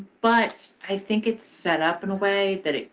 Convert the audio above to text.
but i think it's set up in a way that